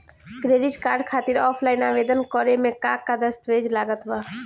Credit card खातिर offline आवेदन करे म का का दस्तवेज लागत बा?